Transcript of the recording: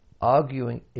arguing